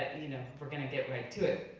you know we're gonna get right to it.